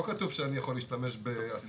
לא כתוב שאני יכול להשתמש באסיסטים.